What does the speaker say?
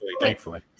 thankfully